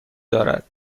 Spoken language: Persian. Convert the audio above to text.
دارد